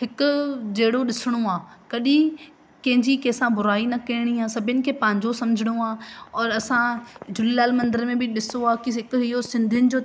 हिकु जहिड़ो ॾिसिणो आहे कॾहिं कंहिंजी कंहिं सां बुराई न करिणी असांखे सभिनि खे पंहिंजो सम्झणो आहे और असां झूलेलाल मंदर में बि ॾिसो आहे की जेको इहो सिंधीयुनि जो